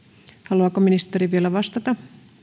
haluaako ministeri vielä vastata